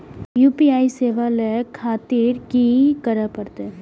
UPI सेवा ले खातिर की करे परते?